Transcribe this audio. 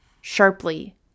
sharply